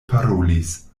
parolis